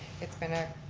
it's been a